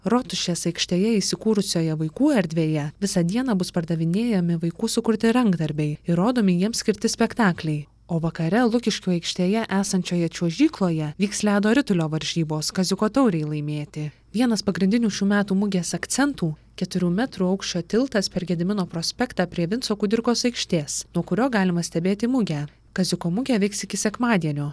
rotušės aikštėje įsikūrusioje vaikų erdvėje visą dieną bus pardavinėjami vaikų sukurti rankdarbiai ir rodomi jiems skirti spektakliai o vakare lukiškių aikštėje esančioje čiuožykloje vyks ledo ritulio varžybos kaziuko taurei laimėti vienas pagrindinių šių metų mugės akcentų keturių metrų aukščio tiltas per gedimino prospektą prie vinco kudirkos aikštės nuo kurio galima stebėti mugę kaziuko mugė veiks iki sekmadienio